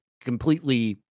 completely